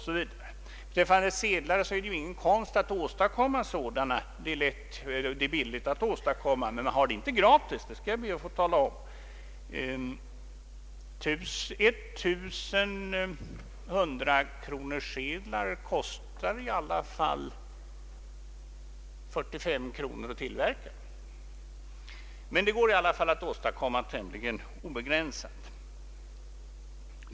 Sedlarna är billiga att åstadkomma, men man får dem inte gratis — det skall jag be att få tala om. Ettusen hundrakronorssedlar kostar 45 kronor att tillverka. Det går dock att åstadkomma sedlar tämligen obegränsat.